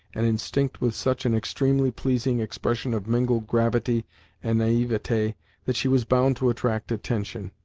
and instinct with such an extremely pleasing expression of mingled gravity and naivete that she was bound to attract attention.